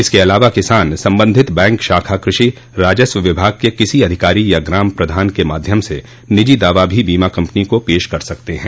इसके अलावा किसान संबंधित बैंक शाखा कृषि राजस्व विभाग के किसी अधिकारी या ग्राम प्रधान के माध्यम से निजी दावा भी बीमा कम्पनी को पेश कर सकते हैं